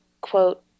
quote